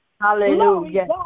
Hallelujah